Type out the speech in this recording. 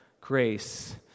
Grace